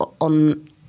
on